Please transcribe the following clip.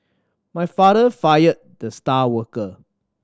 my father fired the star worker